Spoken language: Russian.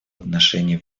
отношении